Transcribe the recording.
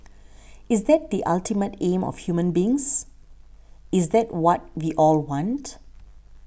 is that the ultimate aim of human beings is that what we all want